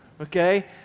Okay